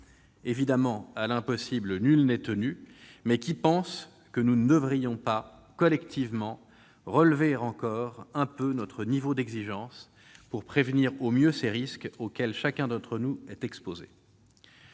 Évidemment, à l'impossible, nul n'est tenu, mais qui pense que nous ne devrions pas, collectivement, relever encore un peu notre niveau d'exigence pour prévenir au mieux ces risques, auxquels chacun d'entre nous est exposé